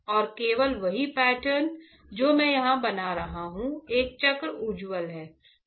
और केवल वही पैटर्न जो मैं यहाँ बना रहा हूँ यह चक्र उज्ज्वल है